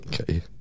Okay